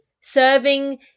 serving